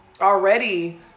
already